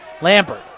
Lambert